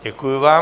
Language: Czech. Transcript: Děkuji vám.